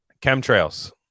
Chemtrails